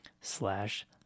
slash